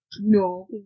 no